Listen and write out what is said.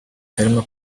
karimo